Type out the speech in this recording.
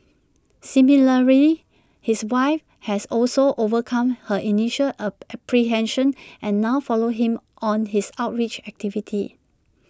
similarly his wife has also overcome her initial ab apprehension and now follows him on his outreach activities